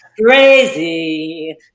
Crazy